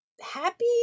Happy